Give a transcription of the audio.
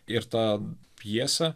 ir ta pjesė